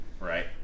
Right